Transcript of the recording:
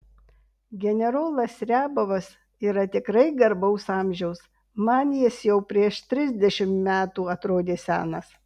generolas riabovas yra tikrai garbaus amžiaus man jis jau prieš trisdešimt metų atrodė senas